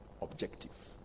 objective